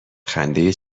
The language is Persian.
خنده